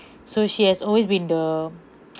so she has always been the